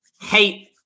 hate